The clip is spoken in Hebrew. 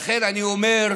לכן אני אומר: